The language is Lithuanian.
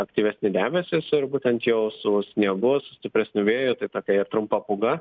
aktyvesni debesys ir būtent jau su sniegu stipresniu vėju tai tokia ir trumpa pūga